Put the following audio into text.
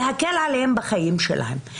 להקל עליהם בחיים שלהם,